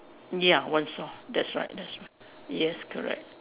ya one song that's right that's right yes correct